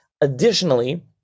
Additionally